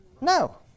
No